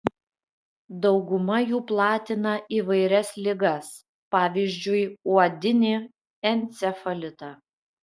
dauguma jų platina įvairias ligas pavyzdžiui uodinį encefalitą